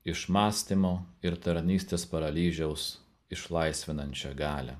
išmąstymo ir tarnystės paralyžiaus išlaisvinančią galią